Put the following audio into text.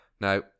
Now